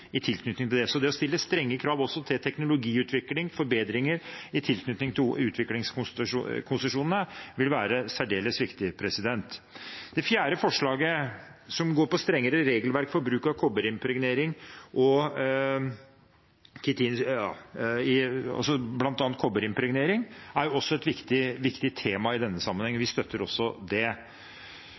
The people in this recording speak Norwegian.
i tilknytning til det. Så det å stille strenge krav også til teknologiutvikling og forbedringer i tilknytning til utviklingskonsesjonene vil være særdeles viktig. Det fjerde forslaget går på strengere regelverk for bruk av bl.a. kobberimpregnering, som også er et viktig tema i denne sammenhengen. Vi er også med på det.